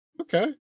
Okay